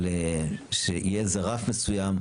אבל שיהיה איזה רף מסוים,